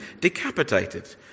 decapitated